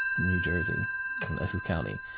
new jersey, in essex county,